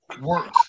work